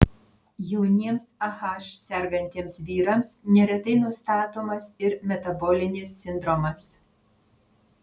jauniems ah sergantiems vyrams neretai nustatomas ir metabolinis sindromas